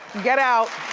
get out.